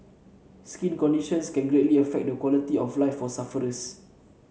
skin conditions can greatly affect the quality of life for sufferers